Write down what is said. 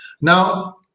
Now